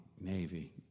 Navy